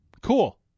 cool